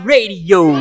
Radio